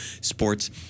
Sports